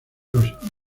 los